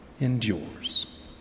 endures